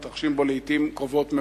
מתרחשים בו לעתים קרובות מאוד.